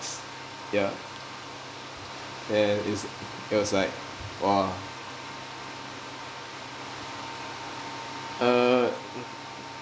ya then it's it was like !wah! err